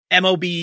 MOB